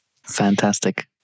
Fantastic